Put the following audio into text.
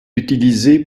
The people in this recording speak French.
utilisé